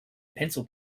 pencil